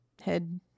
head